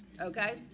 okay